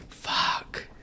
Fuck